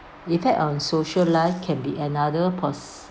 in fact on social life can be another